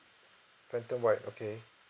phantom white okay